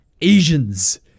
Asians